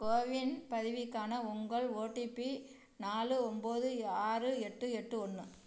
CoWIN பதிவுக்கான உங்கள் OTP நாலு ஒம்போது ஆறு எட்டு எட்டு ஒன்று